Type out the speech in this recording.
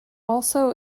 also